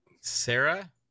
Sarah